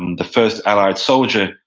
the first allied soldier,